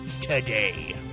today